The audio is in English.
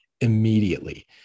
immediately